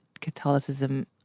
Catholicism